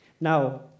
Now